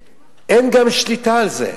וגם אין שליטה על זה.